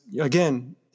again